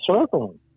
circling